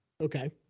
Okay